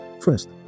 First